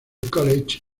college